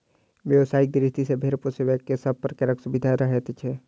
व्यवसायिक दृष्टि सॅ भेंड़ पोसयबला के सभ प्रकारक सुविधा रहैत छै